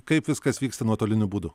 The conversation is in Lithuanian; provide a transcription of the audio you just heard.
kaip viskas vyksta nuotoliniu būdu